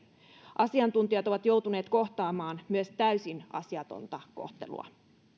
asiantuntijat ovat joutuneet kohtaamaan myös täysin asiatonta kohtelua